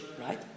right